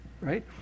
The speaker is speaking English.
right